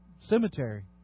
cemetery